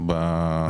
בהשכרה לטווח ארוך.